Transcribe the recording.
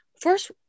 First